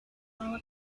all